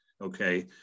okay